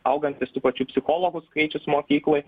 augantis tų pačių psichologų skaičius mokykloj